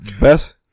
Best